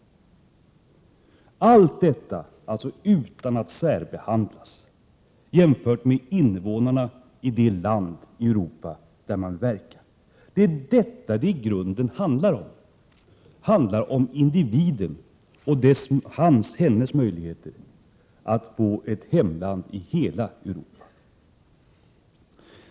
Allt detta utan att särbehandlas i förhållande till invånarna i det land i Europa där man verkar — det är vad det i grunden handlar om. Det handlar om individen och hans eller hennes möjligheter att få ett hemland i hela Europa.